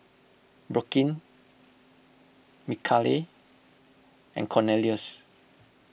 Brooklynn Michale and Cornelius